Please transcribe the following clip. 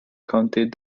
counted